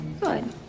Good